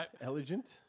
Elegant